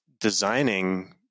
designing